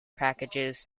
packages